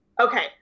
Okay